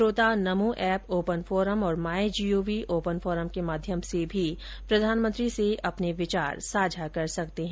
श्रोता NaMo app open forum और My Gov open forum के माध्यम से भी प्रधानमंत्री से विचार साझा कर सकते हैं